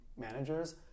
managers